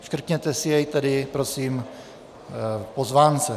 Škrtněte si je tedy prosím v pozvánce.